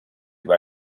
über